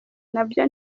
nabyo